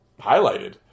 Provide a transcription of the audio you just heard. highlighted